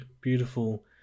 beautiful